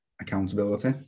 accountability